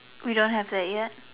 we don't have that yet